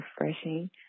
refreshing